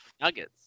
Nuggets